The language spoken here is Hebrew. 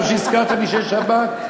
טוב שהזכרתם לי שיש שבת.